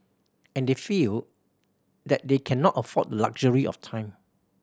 and they feel that they cannot afford the luxury of time